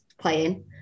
playing